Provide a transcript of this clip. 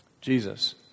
Jesus